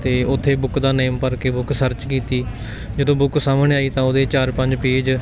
ਅਤੇ ਉੱਥੇ ਬੁੱਕ ਦਾ ਨੇਮ ਭਰ ਕੇ ਬੁੱਕ ਸਰਚ ਕੀਤੀ ਜਦੋਂ ਬੁੱਕ ਸਾਹਮਣੇ ਆਈ ਤਾਂ ਉਹਦੇ ਚਾਰ ਪੰਜ ਪੇਜ